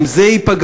אם זה ייפגע,